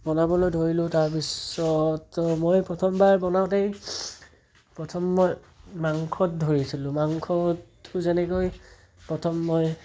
বনাবলৈ ধৰিলোঁ তাৰপিছত মই প্ৰথমবাৰ বনাওঁতেই প্ৰথম মই মাংসত ধৰিছিলোঁ মাংসত যেনেকৈ প্ৰথম মই